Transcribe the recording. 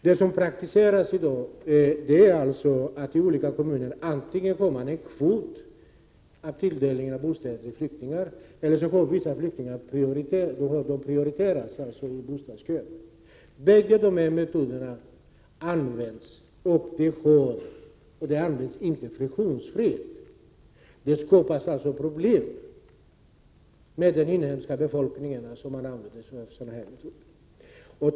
Det som praktiseras i dag i olika kommuner är att man antingen får en kvot av tilldelningen av bostäder till flyktingar, eller också prioriteras vissa flyktingar ibostadskön. Båda dessa metoder används, men det är inte friktionsfritt utan det skapar problem i förhållande till den inhemska befolkningen.